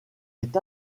est